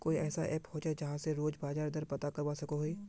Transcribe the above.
कोई ऐसा ऐप होचे जहा से रोज बाजार दर पता करवा सकोहो ही?